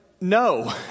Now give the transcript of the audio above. No